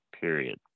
period